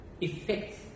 effects